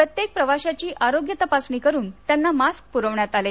प्रत्येक प्रवाशाची आरोग्य तपासणी करून त्यांना मास्क पुरवण्यात आले